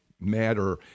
matter